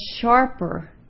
sharper